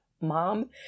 mom